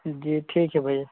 जी ठीक है भैया